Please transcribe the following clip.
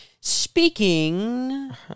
Speaking